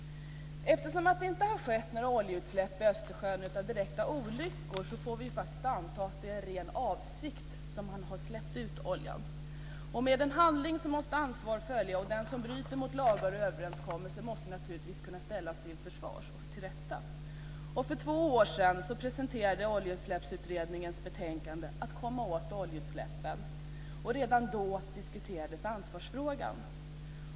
Eftersom det inte har skett några oljeutsläpp i Östersjön på grund av direkta olyckor får vi faktiskt anta att det är med ren avsikt man har släppt ut oljan. Med en handling måste ansvar följa, och den som bryter mot lagar och överenskommelser måste naturligtvis kunna ställas till svars och inför rätta. För två år sedan presenterades Oljeutsläppsutredningens betänkande Att komma åt oljeutsläppen. Redan då diskuterades ansvarsfrågan.